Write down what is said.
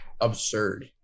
absurd